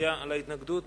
שנצביע על ההתנגדות?